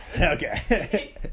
Okay